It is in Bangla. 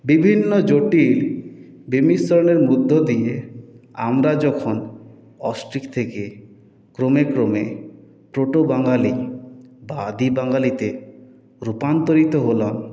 বিভিন্ন জটিল বিমিশ্রণের মধ্য দিয়ে আমরা যখন অস্ট্রিক থেকে ক্রমে ক্রমে প্রোটো বাঙালি বা আদি বাঙালিতে রূপান্তরিত হলাম